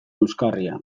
euskarria